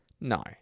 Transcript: No